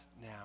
now